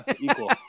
Equal